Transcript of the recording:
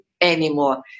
anymore